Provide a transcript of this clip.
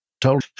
told